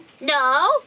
No